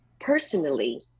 personally